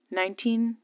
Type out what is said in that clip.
nineteen